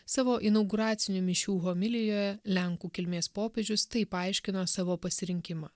savo inauguracinių mišių homilijoje lenkų kilmės popiežius taip paaiškino savo pasirinkimą